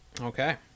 Okay